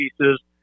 pieces